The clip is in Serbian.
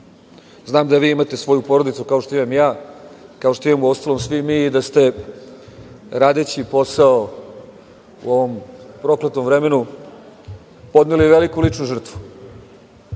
Znam da vi imate svoju porodicu, kao što imam i ja, kao što imamo svi mi, i da ste radeći posao u ovom prokletom vremenu podneli veliku ličnu žrtvu.